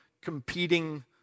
competing